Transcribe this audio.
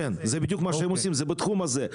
כן, זה בדיוק מה שהם עושים, זה בתחום הזה.